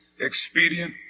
expedient